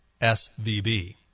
SVB